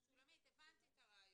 להיכנס ------ הבנתי את הרעיון.